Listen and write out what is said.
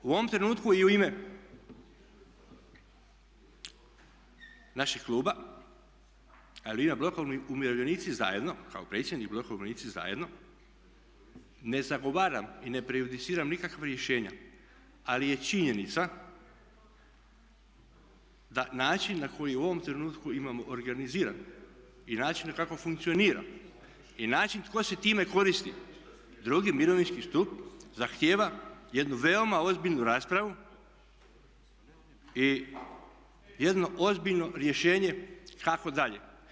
U ovom trenutku i u ime našeg kluba ali i u ime Bloka umirovljenici zajedno kao predsjednik Bloka umirovljenici zajedno ne zagovaram i ne prejudiciram nikakva rješenja ali je činjenica da način na koji u ovom trenutku imamo organiziran i način kako funkcionira i način tko se time koristi II. mirovinski stup zahtijeva jednu veoma ozbiljnu raspravu i jedno ozbiljno rješenje kako dalje.